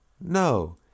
no